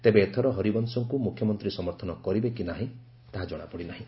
ତେବେ ଏଥର ହରିବଂଶଙ୍କୁ ମୁଖ୍ୟମନ୍ତୀ ସମର୍ଥନ କରିବେ କି ନାହିଁ ତାହା ଜଣାପଡିନାହିଁ